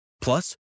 Plus